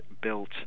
built